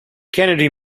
kennedy